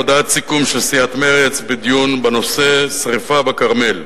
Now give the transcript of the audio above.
הודעת סיכום של סיעת מרצ בדיון בנושא: השרפה בכרמל: